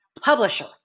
publisher